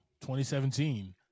2017